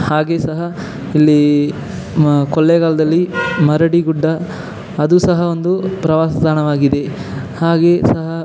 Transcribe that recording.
ಹಾಗೆ ಸಹ ಇಲ್ಲಿ ಕೊಳ್ಳೆಗಾಲದಲ್ಲಿ ಮರಡಿಗುಡ್ಡ ಅದು ಸಹ ಒಂದು ಪ್ರವಾಸಿ ತಾಣವಾಗಿದೆ ಹಾಗೆ ಸಹ